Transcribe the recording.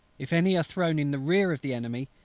if any are thrown in the rear of the enemy,